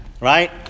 right